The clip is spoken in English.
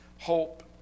hope